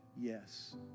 yes